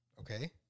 Okay